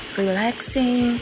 relaxing